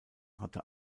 hatte